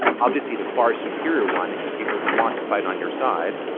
obviously, the far superior one is people who want to fight on your side,